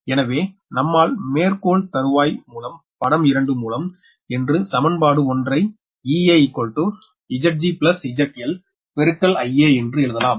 எனவே நம்மால் மேற்கோள் தருவாய் மூலம் படம் 2 மூலம் என்று சமன்பாடு 1 ஐ Ea Zg ZL Ia என்று எழுதலாம்